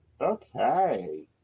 Okay